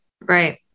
right